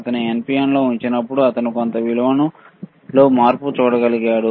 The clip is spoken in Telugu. అతను NPN లో ఉంచినప్పుడు అతను కొంత విలువలో మార్పు చూడగలిగాడు